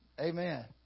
Amen